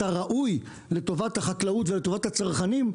הראוי לטובת החקלאות ולטובת הצרכנים,